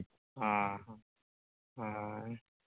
ᱚ ᱦᱚᱸ ᱦᱳᱭ